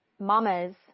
mamas